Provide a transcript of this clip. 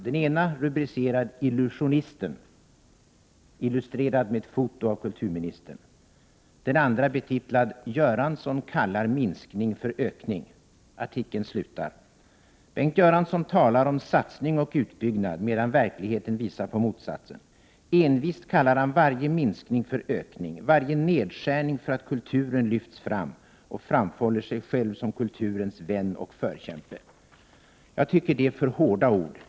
Den ena artikeln är rubricerad ”Illusionisten” och är illustrerad med ett foto av kulturministern. Den andra artikeln, betitlad ”Göransson kallar minskning för ökning”, slutar: ”Bengt Göransson talar om ”satsning” och ”utbyggnad” medan verkligheten visar på motsatsen. Envist kallar han varje minskning för ökning, varje nedskärning för att ”kulturen lyfts fram” och framhåller sig själv som kulturens vän och förkämpe.” Jag tycker att det är för hårda ord.